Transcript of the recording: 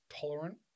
tolerant